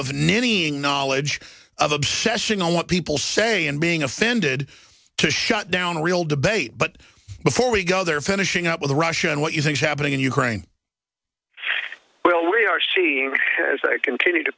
nannying knowledge of obsessing on what people say and being offended to shut down a real debate but before we go there finishing up with a russian what you think happening in ukraine well we are seeing as i continue to